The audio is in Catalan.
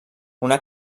una